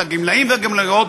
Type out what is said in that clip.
את הגמלאים והגמלאיות,